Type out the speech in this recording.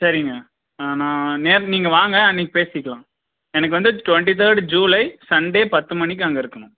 சரிங்க நான் நேரில் நீங்கள் வாங்க அன்னைக்கு பேசிக்கலாம் எனக்கு வந்து ட்வெண்ட்டி தேர்ட் ஜூலை சண்டே பத்து மணிக்கு அங்கே இருக்கணும்